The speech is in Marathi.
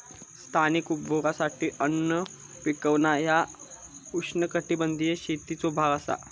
स्थानिक उपभोगासाठी अन्न पिकवणा ह्या उष्णकटिबंधीय शेतीचो भाग असा